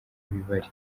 ibibari